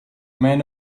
men